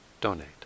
donate